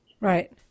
right